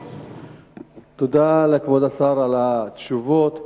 תודה לכבוד השר על התשובות,